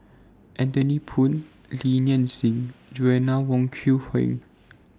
Anthony Poon Li Nanxing and Joanna Wong Quee Heng